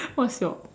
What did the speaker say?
what's your